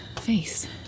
face